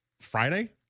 Friday